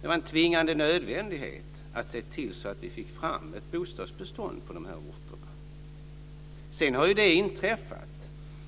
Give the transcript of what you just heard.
Det var en tvingande nödvändighet att se till att vi fick fram ett bostadsbestånd på dessa orter. Sedan har det inträffat